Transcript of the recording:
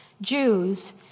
Jews